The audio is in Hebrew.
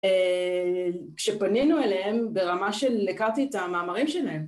כשפנינו אליהם, ברמה של הכרתי את המאמרים שלהם.